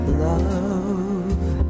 love